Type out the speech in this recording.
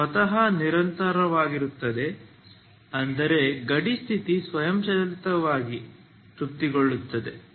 ಅದು ಸ್ವತಃ ನಿರಂತರವಾಗಿರುತ್ತಾರೆ ಅಂದರೆ ಗಡಿ ಸ್ಥಿತಿ ಸ್ವಯಂಚಾಲಿತವಾಗಿ ತೃಪ್ತಿಗೊಳ್ಳುತ್ತದೆ